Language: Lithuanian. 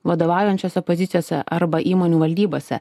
vadovaujančiose pozicijose arba įmonių valdybose